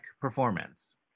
performance